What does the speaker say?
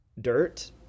dirt